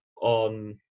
on